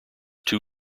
two